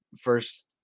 first